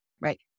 Right